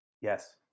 Yes